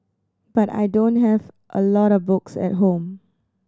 but I don't have a lot of books at home